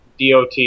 DOT